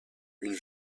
une